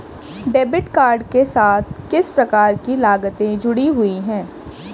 Debit card के साथ किस प्रकार की लागतें जुड़ी हुई हैं?